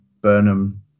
Burnham